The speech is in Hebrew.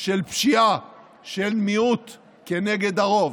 של פשיעה של מיעוט כנגד הרוב,